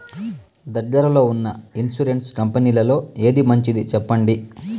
దగ్గర లో ఉన్న ఇన్సూరెన్సు కంపెనీలలో ఏది మంచిది? సెప్పండి?